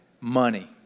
Money